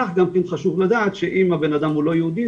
כך גם חשוב לדעת שאם הבנאדם הוא לא יהודי,